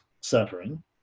suffering